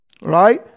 Right